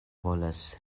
volas